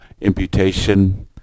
imputation